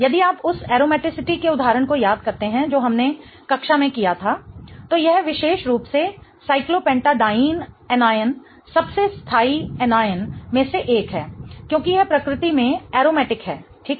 यदि आप उस एरोमेटिसिटी के उदाहरण को याद करते हैं जो हमने कक्षा में किया था तो यह विशेष रूप से साइक्लोपेंटैडाईन आनायन सबसे स्थाई आनायन में से एक है क्योंकि यह प्रकृति में एरोमेटिक है ठीक है